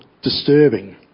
disturbing